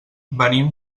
venim